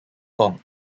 kong